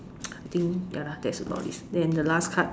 I think ya lah that's about it then the last card